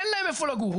אין להם איפה לגור.